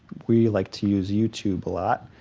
we like to use youtube a lot.